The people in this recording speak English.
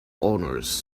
honors